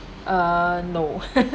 uh no